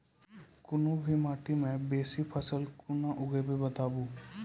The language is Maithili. कूनू भी माटि मे बेसी फसल कूना उगैबै, बताबू?